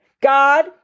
God